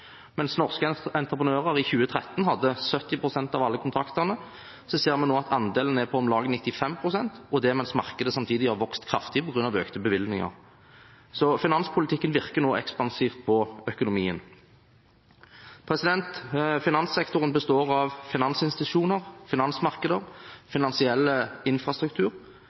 Mens norske entreprenører i 2013 hadde 70 pst. av alle kontraktene, ser vi nå at andelen er på om lag 95 pst., og det mens markedet samtidig har vokst kraftig på grunn av økte bevilgninger. Finanspolitikken virker nå ekspansivt på økonomien. Finanssektoren består av finansinstitusjoner, finansmarkeder og finansiell infrastruktur.